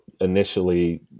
initially